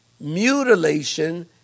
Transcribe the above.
mutilation